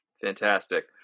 Fantastic